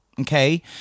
Okay